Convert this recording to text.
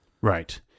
right